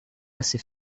assez